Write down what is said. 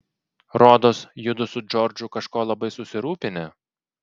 rodos judu su džordžu kažko labai susirūpinę